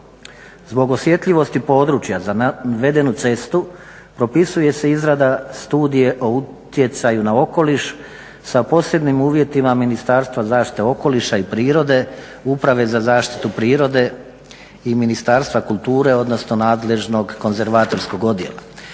Zbog osjetljivosti područja za navedenu cestu propisuje se izrada studije o utjecaju na okoliš sa posebnim uvjetima Ministarstva zaštite okoliša i prirode, Uprave za zaštitu prirode i Ministarstva kulture, odnosno nadležnog konzervatorskog odjela.